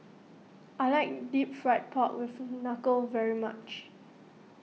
I like Deep Fried Pork with Knuckle very much